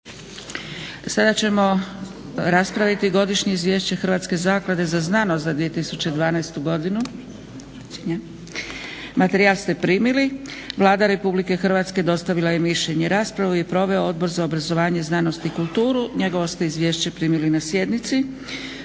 Sada ćemo raspraviti - Godišnje izvješće Hrvatske zaklade za znanost za 2012. godinu Materijal ste primili. Vlada RH dostavila je mišljenje. Raspravu je proveo Odbor za obrazovanje, znanost i kulturu. Njegovo ste izvješće primili na sjednici.